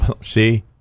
See